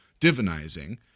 divinizing